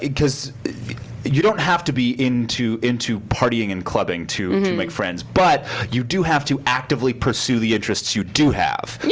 cause you don't have to be into into partying and clubbing to make friends, but you do have to actively pursue the interests you do have.